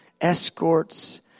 escorts